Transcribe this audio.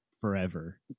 forever